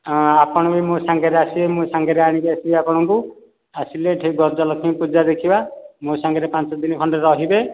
ହଁ ଆପଣ ବି ମୋ ସାଙ୍ଗରେ ଆସିବେ ମୁଁ ସାଙ୍ଗରେ ଆଣିକି ଆସିବି ଆପଣଙ୍କୁ ଆସିଲେ ଏଠି ଗଜଲକ୍ଷ୍ମୀ ପୂଜା ଦେଖିବା ମୋ ସାଙ୍ଗରେ ପାଞ୍ଚ ଦିନ ଖଣ୍ଡେ ରହିବେ